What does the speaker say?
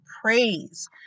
praise